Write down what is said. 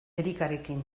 erikarekin